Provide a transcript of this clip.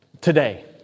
Today